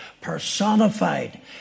personified